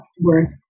worth